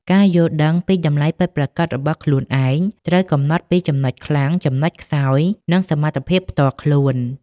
ការយល់ដឹងពីតម្លៃពិតប្រាកដរបស់ខ្លួនឯង ត្រូវកំណត់ពីចំណុចខ្លាំង ចំណុចខ្សោយ និងសមត្ថភាពផ្ទាល់ខ្លួន។